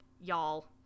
y'all